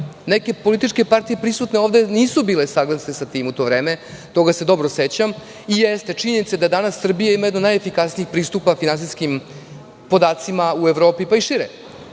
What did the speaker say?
Neke političke partije prisutne ovde nisu bile saglasne sa tim u to vreme, toga se dobro sećam. Jeste, činjenica je da danas Srbija ima jedan od najefikasnijih pristupa finansijskim podacima u Evropi, pa i šire.